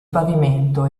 pavimento